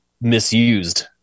misused